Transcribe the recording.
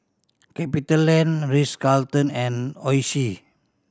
CapitaLand Ritz Carlton and Oishi